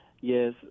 Yes